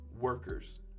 workers